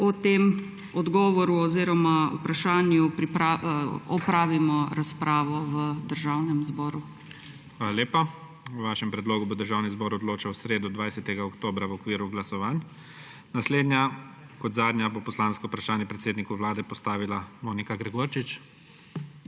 o tem odgovoru oziroma vprašanju opravimo razpravo v Državnem zboru. **PREDSEDNIK IGOR ZORČIČ:** Hvala lepa. O vašem predlogu bo Državni zbor odločal v sredo, 20. oktobra, v okviru glasovanj. Naslednja kot zadnja bo poslansko vprašanje predsedniku Vlade postavila Monika Gregorčič.